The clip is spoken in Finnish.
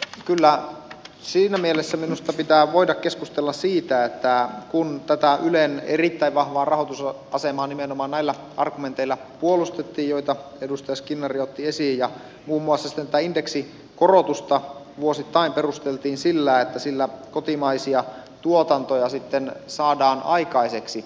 mutta kyllä siinä mielessä minusta pitää voida keskustella siitä kun tätä ylen erittäin vahvaa rahoitusasemaa nimenomaan näillä argumenteilla puolustettiin joita edustaja skinnari otti esiin ja muun muassa tätä indeksikorotusta vuosittain perusteltiin sillä että sillä kotimaisia tuotantoja saadaan aikaiseksi